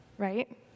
right